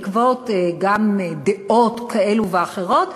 גם בעקבות דעות כאלו ואחרות,